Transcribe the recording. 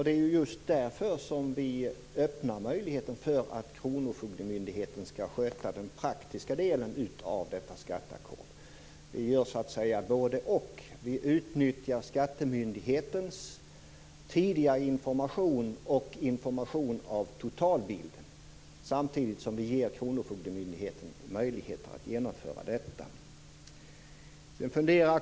Det är också just därför som vi öppnar möjligheten för att kronofogdemyndigheten skall sköta den praktiska delen av skatteackordet. Det blir ett bådeoch. Vi utnyttjar skattemyndighetens tidigare information och dess kännedom om totalbilden, samtidigt som vi ger kronofogdemyndigheten möjligheter att svara för genomförandet.